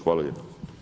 Hvala lijepo.